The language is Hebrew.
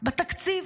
בתקציב.